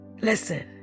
Listen